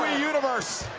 universe